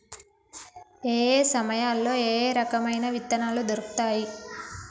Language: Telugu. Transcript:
ఏయే సమయాల్లో ఏయే రకమైన విత్తనాలు దొరుకుతాయి?